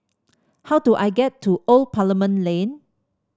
how do I get to Old Parliament Lane